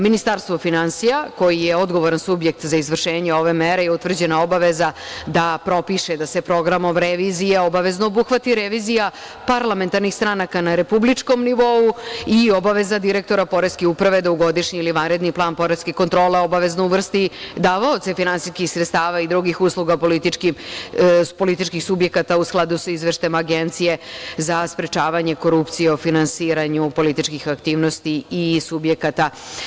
Ministarstvu finansija, koji je odgovoran subjekt za izvršenje ove mere je utvrđena je obaveza da propiše da se programom revizije obavezno obuhvati revizija parlamentarnih stranaka na republičkom nivou i obaveza direktora Poreske uprave da u godišnje ili vanredni plan poreske kontrole obavezno uvrsti davaoce finansijskih sredstava i drugih usluga političkih subjekata, u skladu sa izveštajem Agencije za sprečavanje korupcije o finansiranju političkih aktivnosti i subjekata.